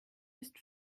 ist